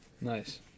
Nice